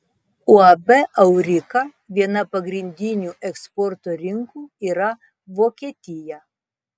uab aurika viena pagrindinių eksporto rinkų yra vokietija